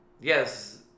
yes